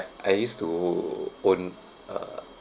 I used to own a